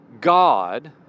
God